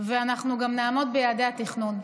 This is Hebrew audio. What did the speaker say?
ואנחנו גם נעמוד ביעדי התכנון.